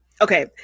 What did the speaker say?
okay